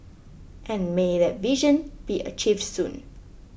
and may that vision be achieved soon